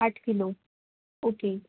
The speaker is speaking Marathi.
आठ किलो ओके